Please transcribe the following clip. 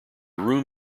room